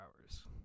hours